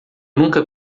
nunca